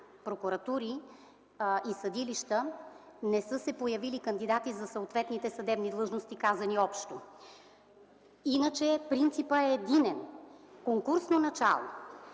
прокуратури и съдилища, не са се появили кандидати за съответните съдебни длъжности, казани общо. Иначе принципът е единен – конкурсно начало.